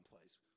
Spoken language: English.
place